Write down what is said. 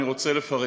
אני רוצה לפרט